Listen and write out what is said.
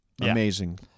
amazing